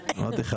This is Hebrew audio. אמרתי לך,